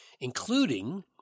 including